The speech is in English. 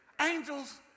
Angels